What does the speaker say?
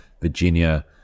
Virginia